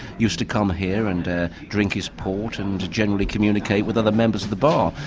used to come here and drink his port and generally communicate with other members of the bar.